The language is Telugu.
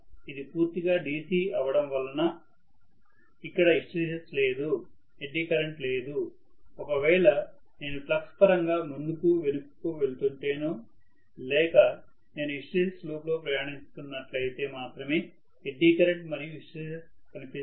ఇది పూర్తిగా DC అవ్వడం వలన ఇక్కడ హిస్టెరిసిస్ లేదు ఎడ్డీ కరెంట్ లేదు ఒకవేళ నేను ఫ్లక్స్ పరంగా ముందుకు వెనుకకు వెళుతుంటేనో లేక నేను హిస్టెరిసిస్ లూప్లో ప్రయాణిస్తున్నట్లయితే మాత్రమే ఎడ్డీ కరెంట్ మరియు హిస్టెరిసిస్ కనిపిస్తాయి